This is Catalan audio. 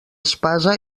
espasa